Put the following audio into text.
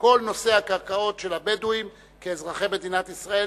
כל נושא הקרקעות של הבדואים כאזרחי מדינת ישראל,